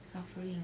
suffering